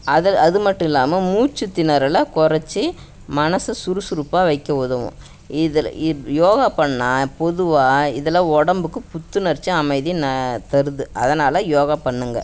அதை அது மட்டும் இல்லாமல் மூச்சுத் திணறலை குறைச்சி மனதை சுறுசுறுப்பாக வைக்க உதவும் இதில் இத் யோகா பண்ணால் பொதுவாக இதில் உடம்புக்கு புத்துணர்ச்சி அமைதி ந தருது அதனால் யோகா பண்ணுங்கள்